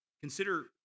Consider